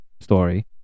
story